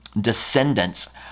descendants